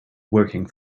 working